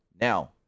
now